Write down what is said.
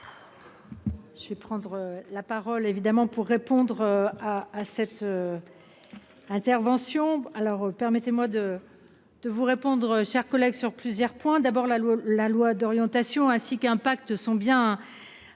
Je vais prendre la parole évidemment pour répondre à, à cette. Intervention alors permettez-moi de. De vous répondre. Chers collègues sur plusieurs points, d'abord la loi, la loi d'orientation, ainsi qu'un pacte sont bien à